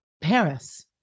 Paris